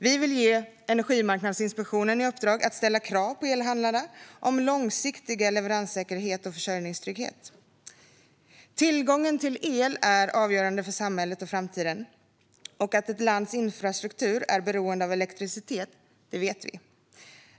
Vi vill ge Energimarknadsinspektionen i uppdrag att ställa krav på elhandlarna om långsiktig leveranssäkerhet och försörjningstrygghet. Tillgången till el är avgörande för samhället och framtiden, och att ett lands infrastruktur är beroende av elektricitet vet vi.